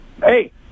hey